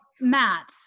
Matt